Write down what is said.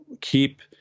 keep